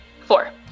Four